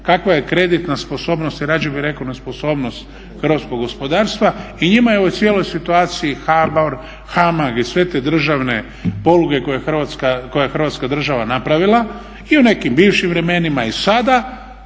kakva je kreditna sposobnost i rađe bi rekao nesposobnost hrvatskog gospodarstva i njima je u ovoj cijeloj situaciji HBOR, HAMAG, i sve te državne poluge koje je Hrvatska država napravila i u nekim bivšim vremenima i sada